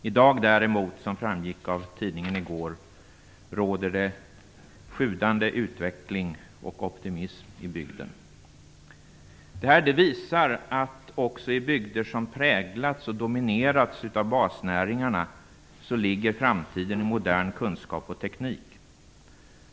I dag däremot, som framgick av tidningen i går, råder det sjudande utveckling och optimism i bygden. Det här visar att också i bygder som präglats och dominerats av basnäringarna ligger framtiden i modern kunskap och teknik.